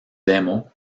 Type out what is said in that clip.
demo